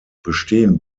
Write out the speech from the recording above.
bestehen